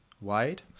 Wide